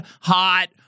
hot